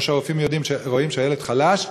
או שהרופאים רואים שהילד חלש,